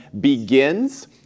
begins